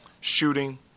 shooting